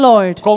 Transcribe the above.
Lord